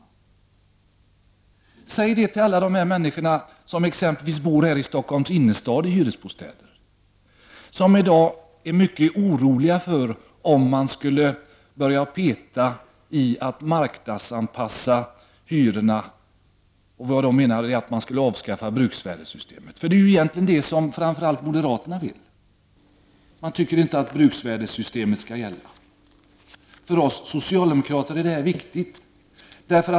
Men säg detta till alla de människor som bor exempelvis här i Stockholms innerstad i hyresbostäder! Dessa människor är i dag mycket oroliga för att hyrorna skall börja marknadsanpassas och att bruksvärdessystemet skall avskaffas. Detta är ju egentligen det som framför allt moderaterna vill. De tycker inte att bruksvärdessystemet skall gälla. För oss socialdemokrater är detta viktigt.